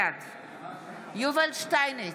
בעד יובל שטייניץ,